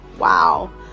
wow